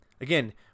Again